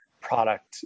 product